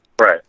Right